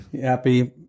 happy